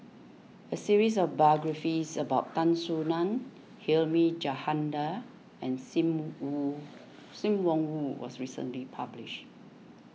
a series of biographies about Tan Soo Nan Hilmi Johandi and sim mu hoo Sim Wong Hoo was recently published